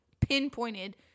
pinpointed